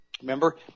Remember